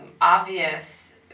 obvious